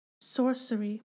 sorcery